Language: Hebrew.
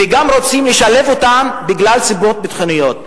וגם רוצים לשלב אותם בגלל סיבות ביטחוניות.